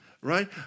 right